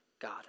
God